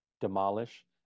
demolish